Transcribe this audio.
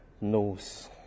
knows